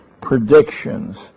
predictions